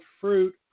fruit